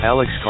Alex